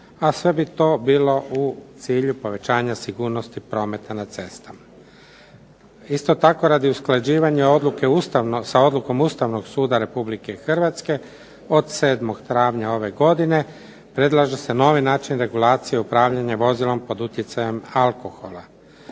A sve bi to bilo u cilju povećanja sigurnosti prometa na cestama. Isto tako, radi usklađivanja odluke ustavnosti, sa odlukom Ustavnog suda RH od 7. travnja ove godine predlaže se novi način regulacije i upravljanja vozilom pod utjecajem alkohola.